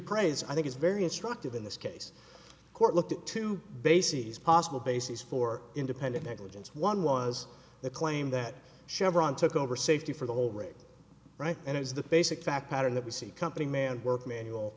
praise i think is very instructive in this case court looked at two bases possible bases for independent negligence one was the claim that chevron took over safety for the whole rig right and is the basic fact pattern that we see company man work manual